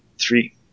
Three